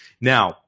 Now